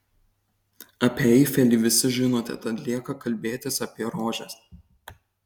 apie eifelį visi žinote tad lieka kalbėtis apie rožes